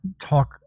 talk